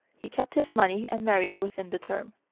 he kept his money and married within the term.